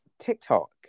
TikTok